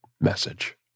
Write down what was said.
message